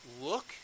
look